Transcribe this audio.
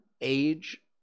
age